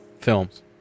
Films